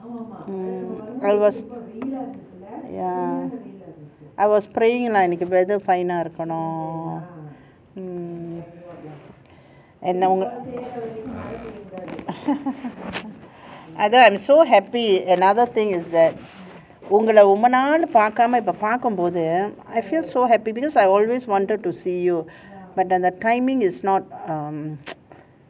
mm I was ya I was praying lah நான் இன்னைக்கி:naan innaiku whether final இருக்கணும்னு:irukanum mm and அதா:athaa I'm so happy another thing is that உங்கல ரொம்ப நாள் பாகாமே பாக்கும் போது:ungala romba naal paakama paakum pothu I feel so happy because I always wanted to see you but then the timing is not um